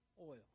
oil